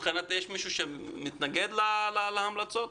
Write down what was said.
יש מישהו שמתנגד להמלצות?